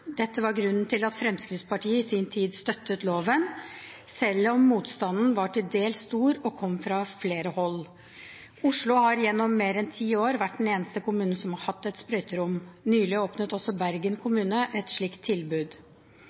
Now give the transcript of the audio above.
Dette var grunnen til at Fremskrittspartiet i sin tid støttet loven, selv om motstanden var til dels stor og kom fra flere hold. Oslo har gjennom mer enn ti år vært den eneste kommunen som har hatt et sprøyterom. Nylig åpnet også Bergen kommune et slikt tilbud.